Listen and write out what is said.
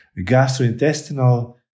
gastrointestinal